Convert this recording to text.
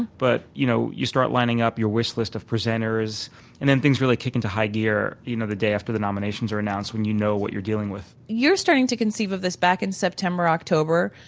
but you know, you start lining up your wish list of presenters and then things really kick into high gear you know the day after the nominations are announced when you know what you're dealing with you're starting to conceive of this back in september october.